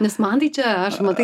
nes man tai čia aš matai